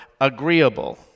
agreeable